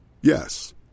Yes